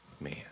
man